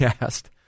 asked